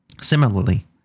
Similarly